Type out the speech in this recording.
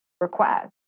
request